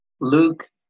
Luke